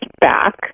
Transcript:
back